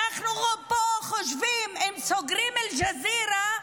אנחנו פה חושבים שאם סוגרים את אל-ג'זירה,